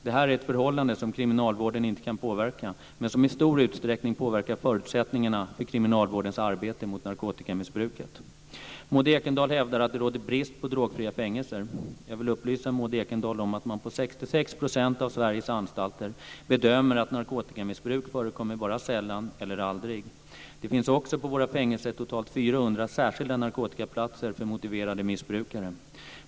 Det här är ett förhållande som kriminalvården inte kan påverka, men som i stor utsträckning påverkar förutsättningarna för kriminalvårdens arbete mot narkotikamissbruket. Maud Ekendahl hävdar att det råder brist på drogfria fängelser. Jag vill upplysa Maud Ekendahl om att man på 66 % av Sveriges anstalter bedömer att narkotikamissbruk förekommer bara sällan eller aldrig. Det finns också på våra fängelser totalt 400 särskilda narkotikaplatser för motiverade missbrukare.